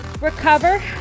recover